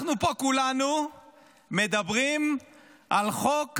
אנחנו פה כולנו מדברים על חוק הרבנים.